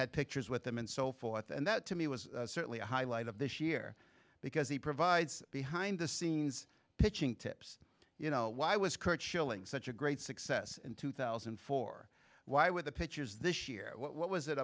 had pictures with them and so forth and that to me was certainly a highlight of this year because he provides behind the scenes pitching tips you know why was curt schilling such a great success in two thousand and four why with the pitchers this year what was it